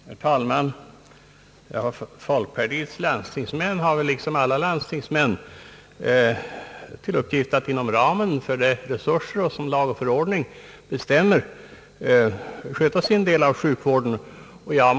Herr talman! Folkpartiets landstingsmän har väl, liksom alla landstingsmän, till uppgift att inom ramen för resurserna och så som lag och förordning bestämmer delta i skötseln av landstingets del av sjukvården.